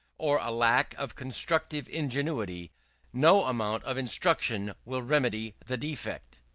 or a lack of constructive ingenuity no amount of instruction will remedy the defect.